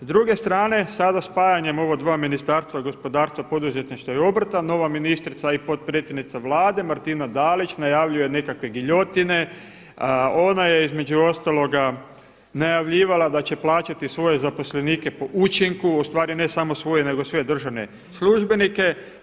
S druge strane, sada spajanjem ova dva Ministarstva gospodarstva, poduzetništva i obrta, nova ministrica i potpredsjednica Vlade Martina Dalić najavljuje nekakve giljotine, ona je između ostaloga najavljivala da će plaćati svoje zaposlenike po učinku, ustvari ne samo svoje nego sve državne službenike.